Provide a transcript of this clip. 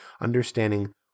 Understanding